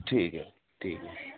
ठीक है ठीक है